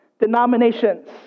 denominations